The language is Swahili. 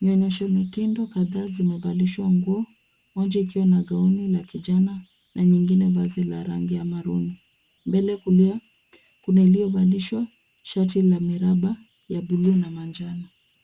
Mionyesho mitindo kadhaa zimevalishwa nguo, moja ikiwa na gauni la kijana na nyingine vazi la rangi ya maroon . Mbele kulia kuna iliyovalishwa shati la miraba ya buluu na manjano.